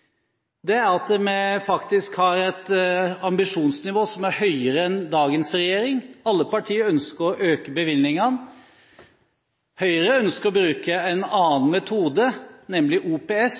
– er at vi faktisk har et ambisjonsnivå som er høyere enn dagens regjering. Alle partier ønsker å øke bevilgningene. Høyre ønsker å bruke en annen metode, nemlig OPS.